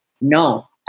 no